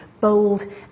bold